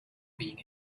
being